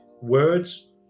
words